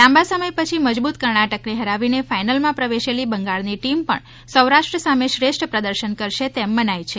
લાંબા સમય પછી મજબૂત કર્ણાટકને ફરાવીને ફાઇનલમાં પ્રવેશેલી બંગાળની ટીમ પણ સૌરાષ્ટ્ર સામે શ્રેષ્ઠ પ્રદર્શન કરશે તેમ મનાય છે